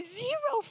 zero